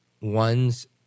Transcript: one's